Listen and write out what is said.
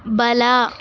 ಬಲ